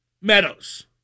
Meadows